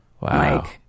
Wow